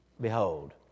Behold